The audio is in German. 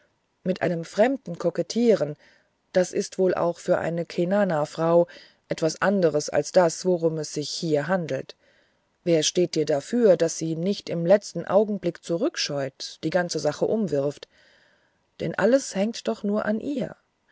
mit einem fremden kokettieren das ist wohl auch für eine cenanafrau etwas anderes als das worum es sich hier handelt wer steht dir dafür daß sie nicht im letzten augenblick zurückscheut die ganze sache umwirft denn alles hängt doch nur an ihr